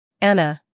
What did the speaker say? Anna